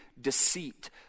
deceit